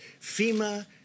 FEMA